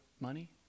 money